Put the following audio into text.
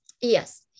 yes